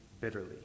bitterly